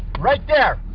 right there.